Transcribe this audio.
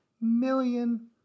million